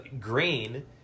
green